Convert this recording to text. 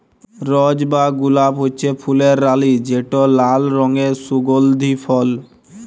রজ বা গোলাপ হছে ফুলের রালি যেট লাল রঙের সুগল্ধি ফল